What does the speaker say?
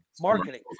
marketing